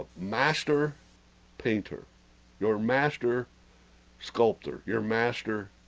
master paynter your master sculptor your master